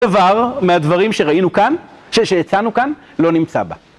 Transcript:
דבר מהדברים שראינו כאן, ששיצאנו כאן, לא נמצא בה.